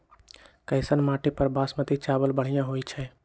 कैसन माटी पर बासमती चावल बढ़िया होई छई?